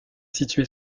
située